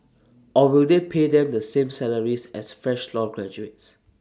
or will they pay them the same salaries as fresh law graduates